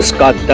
ah god